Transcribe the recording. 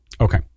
Okay